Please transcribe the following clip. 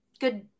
good